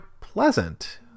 pleasant